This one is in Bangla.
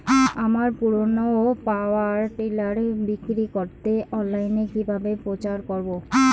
আমার পুরনো পাওয়ার টিলার বিক্রি করাতে অনলাইনে কিভাবে প্রচার করব?